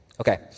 Okay